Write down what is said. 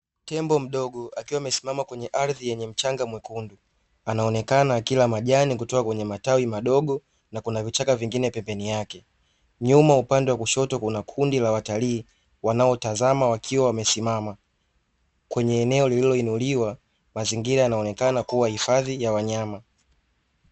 Mnyama mdogo akiwa amesimama kwenye ardhi yenye mchanga mwekundu anaonekana kila majani kutoa kwenye matawi madogo na kuna vichaka vingine pepeni yake nyuma upande wa kushoto kuna kundi la watalii wanaotazama wakiwa wamesimama kwenye eneo lililoinuliwa mazingira yanaonekana kuwa hifadhi ya wanyama.